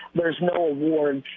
there's no award.